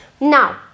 Now